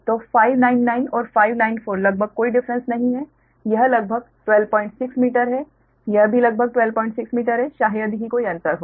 तो 599 और 594 लगभग कोई डिफ्रेंस नहीं है यह लगभग 126 मीटर है यह भी लगभग 126 मीटर है शायद ही कोई अंतर हो